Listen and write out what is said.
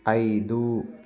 ఐదు